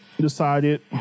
decided